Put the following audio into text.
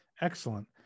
excellent